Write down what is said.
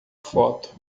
foto